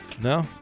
no